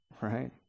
right